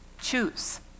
choose